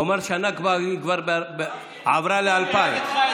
הוא אמר שהנכבה כבר עברה ל-2000.